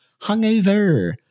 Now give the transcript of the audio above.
hungover